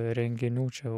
renginių čia